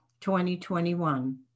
2021